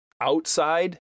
outside